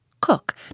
Cook